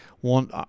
One